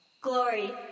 Glory